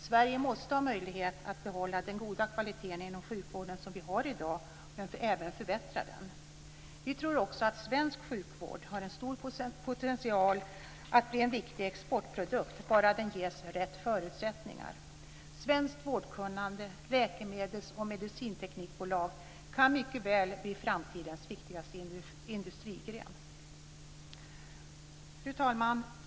Sverige måste ha möjlighet att behålla den goda kvalitet inom sjukvården som vi har i dag och även förbättra den. Vi tror att svensk sjukvård har en stor potential att bli en viktig exportprodukt bara den ges rätt förutsättningar. Svenskt vårdkunnande, svenska läkemedels och medicinteknikbolag kan mycket väl bli framtidens viktigaste industrigren. Fru talman!